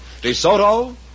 DeSoto